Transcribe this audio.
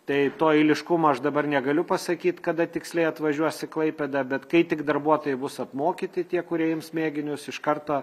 tai to eiliškumo aš dabar negaliu pasakyt kada tiksliai atvažiuos į klaipėdą bet kai tik darbuotojai bus apmokyti tie kurie ims mėginius iš karto